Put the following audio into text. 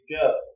go